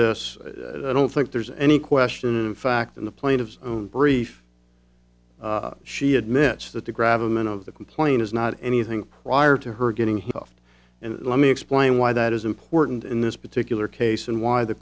this i don't think there's any question in fact in the plaintiff's own brief she admits that the grab a man of the complaint is not anything prior to her getting him off and let me explain why that is important in this particular case and why the